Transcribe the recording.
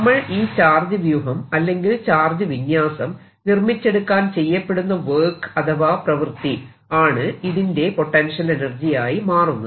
നമ്മൾ ഈ ചാർജ് വ്യൂഹം അല്ലെങ്കിൽ ചാർജ് വിന്യാസം നിർമ്മിച്ചെടുക്കാൻ ചെയ്യപ്പെടുന്ന വർക്ക് അഥവാ പ്രവൃത്തി ആണ് ഇതിന്റെ പൊട്ടൻഷ്യൽ എനർജി ആയി മാറുന്നത്